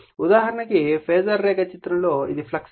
ఉదాహరణకు ఫాజర్ రేఖాచిత్రంలో ఇది ఫ్లక్స్ ∅ ∅m sin ω t